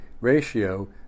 ratio